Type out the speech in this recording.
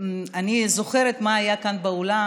אני זוכרת מה היה כאן באולם.